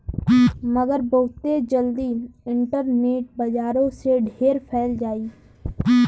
मगर बहुते जल्दी इन्टरनेट बजारो से ढेर फैल जाई